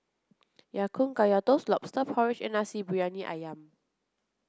Ya Kun Kaya toast lobster porridge and Nasi Briyani Ayam